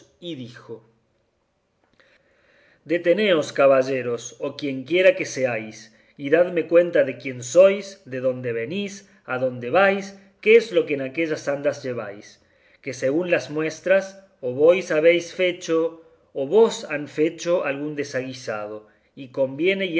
deteneos caballeros o quienquiera que seáis y dadme cuenta de quién sois de dónde venís adónde vais qué es lo que en aquellas andas lleváis que según las muestras o vosotros habéis fecho o vos han fecho algún desaguisado y conviene